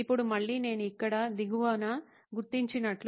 ఇప్పుడు మళ్ళీ నేను ఇక్కడ దిగువన గుర్తించినట్లు